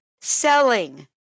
selling